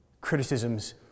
criticisms